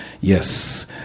Yes